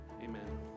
Amen